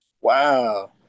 Wow